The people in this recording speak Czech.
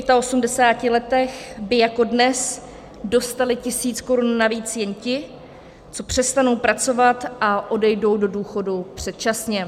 V 85 letech by jako dnes dostali tisíc korun navíc jen ti, co přestanou pracovat a odejdou do důchodu předčasně.